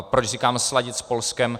Proč říkám sladit s Polskem?